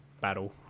battle